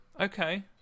Okay